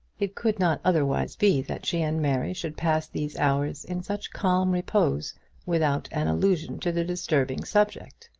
it could not otherwise be that she and mary should pass these hours in such calm repose without an allusion to the disturbing subject!